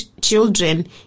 children